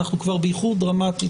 אנחנו באיחור דרמטי.